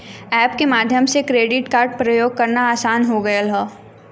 app के माध्यम से क्रेडिट कार्ड प्रयोग करना आसान हो गयल हौ